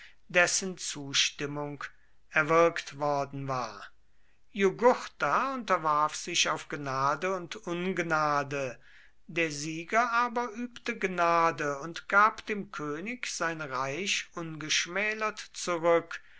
dessen zustimmung erwirkt worden war jugurtha unterwarf sich auf gnade und ungnade der sieger aber übte gnade und gab dem könig sein reich ungeschmälert zurück